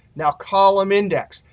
now column index,